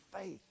faith